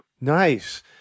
Nice